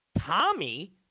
Tommy